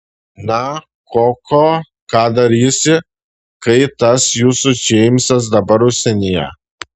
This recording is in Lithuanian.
na koko ką darysi kai tas jūsų džeimsas dabar užsienyje